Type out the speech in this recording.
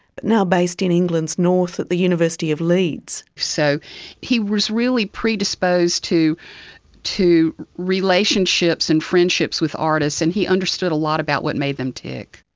but now based in england's north at the university of leeds. so he was really predisposed to to relationships and friendships with artists and he understood a lot about what made them tick.